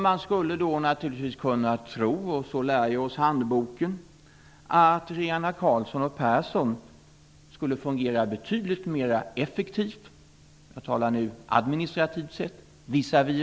Man skulle naturligtvis kunna tro att regeringarna Carlsson och Persson skulle fungera mer effektivt visavi riksdagen och myndigheterna - så lär oss handboken. Jag talar nu om effektivitet administrativt sett.